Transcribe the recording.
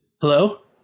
Hello